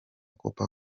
coca